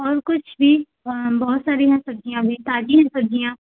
और कुछ भी बहुत सारी हैं सब्ज़ियाँ भी ताज़ी हैं सब्ज़ियाँ